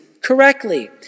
correctly